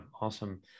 Awesome